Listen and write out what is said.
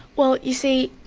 well you see,